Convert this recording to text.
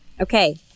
Okay